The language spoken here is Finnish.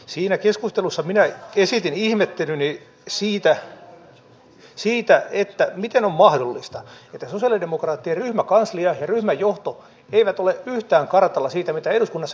siinä keskustelussa minä esitin ihmettelyni siitä miten on mahdollista että sosialidemokraattien ryhmäkanslia ja ryhmän johto eivät ole yhtään kartalla siitä mitä eduskunnassa käsitellään